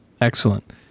Excellent